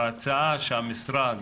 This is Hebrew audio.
וההצעה שהמשרד